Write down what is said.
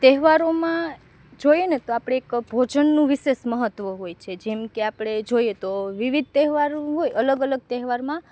તહેવારોમાં જોઈએને તો આપણે એક ભોજનનું વિશેષ મહત્વ હોય છે જેમકે આપણે જોઈએ તો વિવિધ તહેવારો હોય અલગ અલગ તહેવારમાં